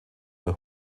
der